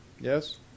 Yes